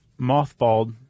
mothballed